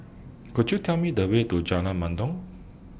Could YOU Tell Me The Way to Jalan Mendong